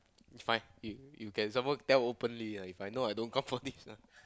if my if you can some more tell openly ah If I know I don't come for this ah